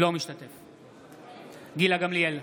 אינו משתתף בהצבעה גילה גמליאל,